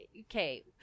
okay